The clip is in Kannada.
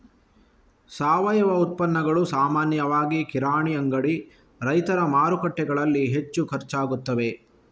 ಸಾವಯವ ಉತ್ಪನ್ನಗಳು ಸಾಮಾನ್ಯವಾಗಿ ಕಿರಾಣಿ ಅಂಗಡಿ, ರೈತರ ಮಾರುಕಟ್ಟೆಗಳಲ್ಲಿ ಹೆಚ್ಚು ಖರ್ಚಾಗುತ್ತವೆ